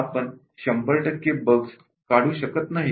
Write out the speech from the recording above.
आपण 100 टक्के काढू शकत नाही का